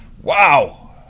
wow